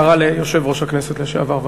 הערה ליושב-ראש הכנסת לשעבר.